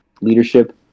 leadership